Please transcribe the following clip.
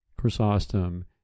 Chrysostom